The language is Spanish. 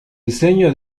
diseño